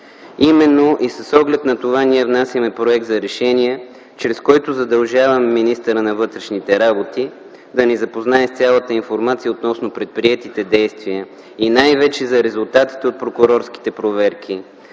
Именно и с оглед на това ние внасяме проект на решение, чрез който задължаваме министъра на вътрешните работи да ни запознае с цялата информация относно предприетите действия и най-вече за резултатите от прокурорските проверки